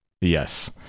yes